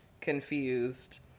confused